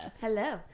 Hello